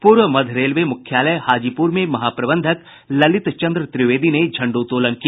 पूर्व मध्य रेलवे मुख्यालय हाजीपुर में महाप्रबंधक ललित चंद्र त्रिवेदी ने झंडोत्तोलन किया